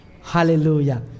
Hallelujah